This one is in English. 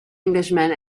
englishman